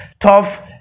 Tough